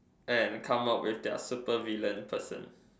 and come up with their super villain person